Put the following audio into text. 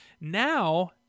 now